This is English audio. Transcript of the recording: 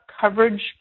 coverage